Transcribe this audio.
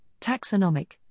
taxonomic